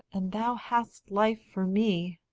and thou hast life for me.